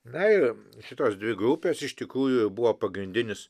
na ir šitos dvi grupės iš tikrųjų buvo pagrindinis